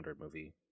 movie